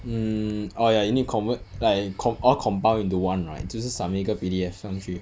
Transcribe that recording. hmm oh ya you need convert like com~ all compile into one right 就是 submit 一个 P_D_F 上去